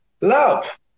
Love